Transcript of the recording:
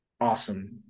awesome